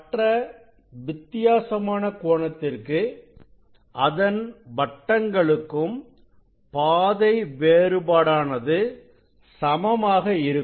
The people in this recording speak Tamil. மற்ற வித்தியாசமான கோணத்திற்கு அதன் வட்டங்களுக்கும் பாதை வேறுபாடானது சமமாக இருக்கும்